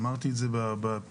אמרתי את זה בפתיחה.